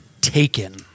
taken